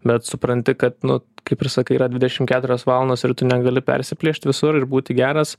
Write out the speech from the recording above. bet supranti kad nu kaip ir sakai yra dvidešim keturios valandos ir tu negali persiplėšti visur ir būti geras